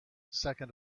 second